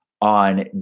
on